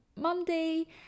monday